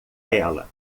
ela